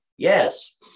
Yes